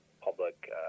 public –